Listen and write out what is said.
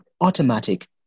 automatic